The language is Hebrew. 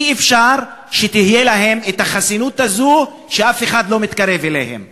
אי-אפשר שתהיה להם החסינות הזאת שאף אחד לא מתקרב אליהם.